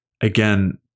again